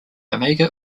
amiga